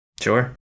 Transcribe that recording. Sure